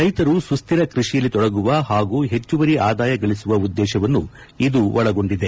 ರೈತರು ಸುಸ್ಥಿರ ಕೃಷಿಯಲ್ಲಿ ತೊಡಗುವ ಹಾಗೂ ಹೆಚ್ಚುವರಿ ಆದಾಯ ಗಳಿಸುವ ಉದ್ದೇತವನ್ನು ಇದು ಒಳಗೊಂಡಿದೆ